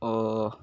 ଓ